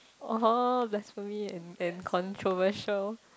(uh huh) blasphemy and and controversial